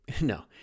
no